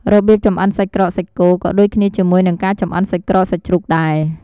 របៀបចម្អិនសាច់ក្រកសាច់គោ ក៏ដូចគ្នាជាមួយនឹងការចម្អិនសាច់ក្រកសាច់ជ្រូកដែរ។